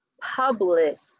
published